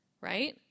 right